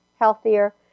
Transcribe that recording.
healthier